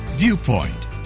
Viewpoint